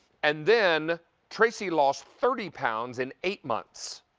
and then tracy lost thirty pounds in eight months.